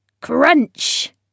Crunch